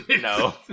No